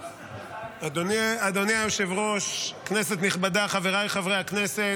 אדוני היושב-ראש, כנסת נכבדה, חבריי חברי הכנסת,